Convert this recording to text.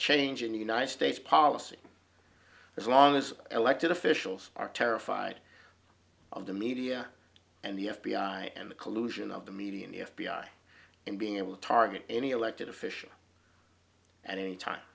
change in the united states policy as long as elected officials are terrified of the media and the f b i and the collusion of the media and the f b i and being able to target any elected official at any time